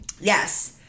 Yes